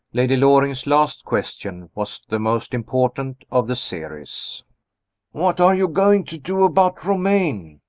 lady loring's last question was the most important of the series what are you going to do about romayne?